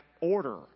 order